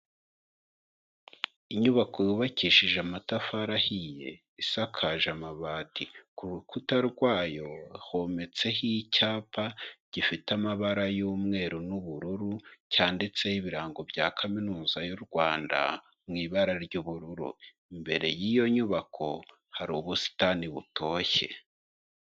Inyubako yubakishije amatafari ahiye, isakaje amabati, ku rukuta rwayo hometseho icyapa gifite amabara y'umweru n'ubururu cyanditseho ibirango bya kaminuza y'u Rwanda mu ibara ry'ubururu. Imbere y'iyo nyubako hari ubusitani butoshye.